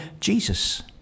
Jesus